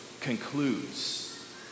concludes